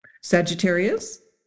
Sagittarius